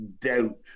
doubt